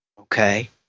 okay